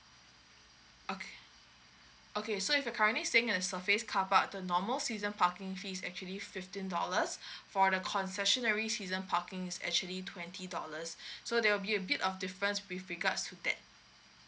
okay okay so if you're currently staying in a surface carpark the normal season parking fees is actually fifteen dollars for the concessionary season parking is actually twenty dollars so there will be a bit of difference with regards to that